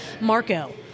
Marco